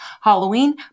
Halloween